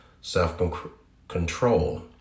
self-control